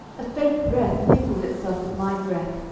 a faint breath mingled itself with my breath,